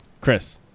Chris